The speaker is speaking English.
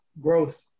growth